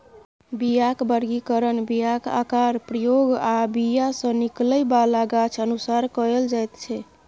बीयाक बर्गीकरण बीयाक आकार, प्रयोग आ बीया सँ निकलै बला गाछ अनुसार कएल जाइत छै